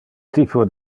typo